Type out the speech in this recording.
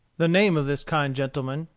the name of this kind gentleman,